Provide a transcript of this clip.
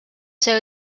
see